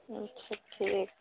अच्छा ठीक छै